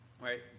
right